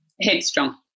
Headstrong